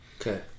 Okay